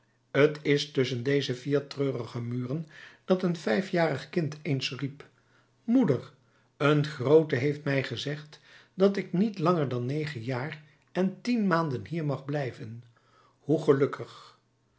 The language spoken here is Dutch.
t is tusschen deze vier treurige muren dat een vijfjarig kind eens riep moeder een groote heeft mij gezegd dat ik niet langer dan negen jaar en tien maanden hier mag blijven hoe gelukkig